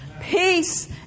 peace